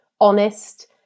honest